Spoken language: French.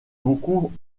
beaucoup